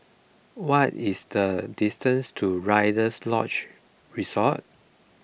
what is the distance to Rider's Lodge Resort